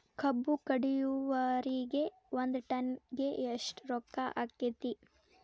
ಕಬ್ಬು ಕಡಿಯುವರಿಗೆ ಒಂದ್ ಟನ್ ಗೆ ಎಷ್ಟ್ ರೊಕ್ಕ ಆಕ್ಕೆತಿ?